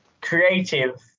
creative